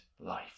life